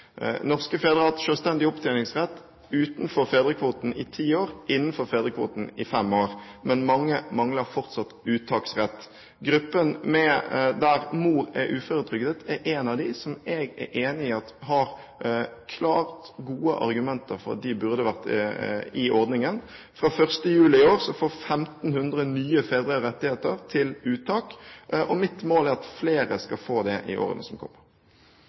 Norske fedre har hatt selvstendig opptjeningsrett utenfor fedrekvoten i ti år, innenfor fedrekvoten i fem år, men mange mangler fortsatt uttaksrett. Gruppen der mor er uføretrygdet, er en av dem som jeg er enig i det er klart gode argumenter for burde være med i ordningen. Fra 1. juli i år får 1 500 nye fedre rettigheter til uttak, og mitt mål er at flere skal få det i årene som kommer.